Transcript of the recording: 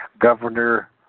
Governor